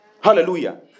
Hallelujah